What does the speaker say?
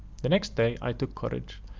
the next day i took courage,